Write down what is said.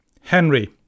Henry